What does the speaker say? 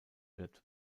wird